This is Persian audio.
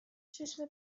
چشم